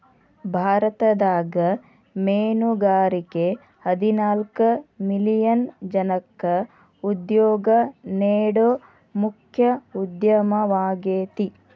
ಭಾರತದಾಗ ಮೇನುಗಾರಿಕೆ ಹದಿನಾಲ್ಕ್ ಮಿಲಿಯನ್ ಜನಕ್ಕ ಉದ್ಯೋಗ ನೇಡೋ ಮುಖ್ಯ ಉದ್ಯಮವಾಗೇತಿ